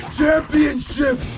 championship